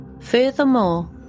Furthermore